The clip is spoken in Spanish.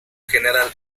general